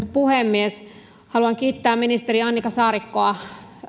puhemies haluan kiittää ministeri annika saarikkoa